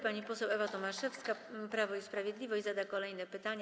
Pani poseł Ewa Tomaszewska, Prawo i Sprawiedliwość, zada kolejne pytanie.